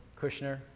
Kushner